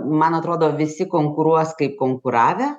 man atrodo visi konkuruos kaip konkuravę